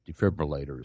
defibrillators